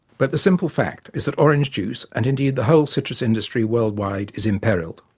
but the simple fact is that orange-juice and indeed the whole citrus industry worldwide is imperilled.